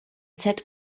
zob